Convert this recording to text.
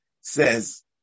says